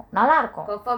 நல்லா இருக்கு:nalla iruku